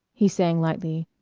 he sang lightly,